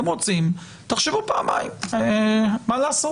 אתם רוצים, תחשבו פעמיים מה לעשות.